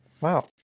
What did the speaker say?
Wow